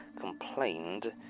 complained